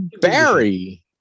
Barry